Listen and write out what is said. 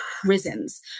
prisons